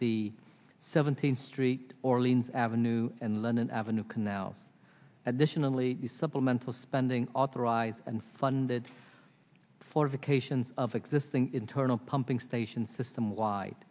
the seventeenth street orleans avenue and london avenue canal at the tional e u supplemental spending authorized and funded for vacations of existing internal pumping station system wide